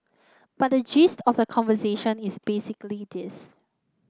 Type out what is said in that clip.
but the gist of the conversation is basically this